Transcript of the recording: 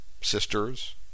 Sisters